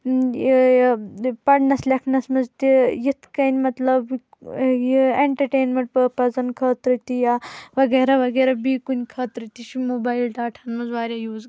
پرنس لٮ۪کھنس منٛز تہِ یِتھ کٔنۍ مطلب یہ اینٹرٹینمینٹ پرپزن خٲطرٕ تہِ یا وغیرہ وغیرہ بیٚیہِ کُنہِ خٲطرٕ تہِ چھُ موبایل ڈاٹاہن منٛز واریاہ یوٗز گژھان